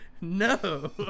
No